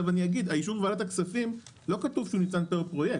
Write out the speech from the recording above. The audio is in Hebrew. לא כתוב שאישור ועדת הכספים ניתן פר פרויקט,